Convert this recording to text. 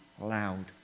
loud